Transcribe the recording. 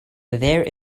there